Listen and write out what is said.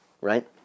Right